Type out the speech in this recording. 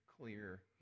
clear